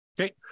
Okay